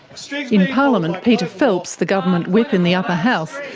so like in parliament peter phelps, the government whip in the upper house,